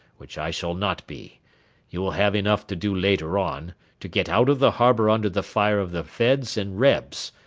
which i shall not be you will have enough to do later on to get out of the harbour under the fire of the feds and rebs,